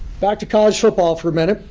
back to college football for a minute,